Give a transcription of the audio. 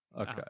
Okay